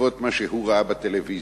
בעקבות מה שהוא ראה בטלוויזיה.